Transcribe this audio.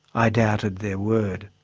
i doubted their word.